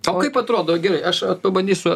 o kaip atrodo gerai aš pabandysiu